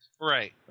Right